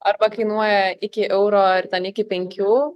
arba kainuoja iki euro ar ten iki penkių